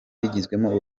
bigizwemo